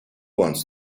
wants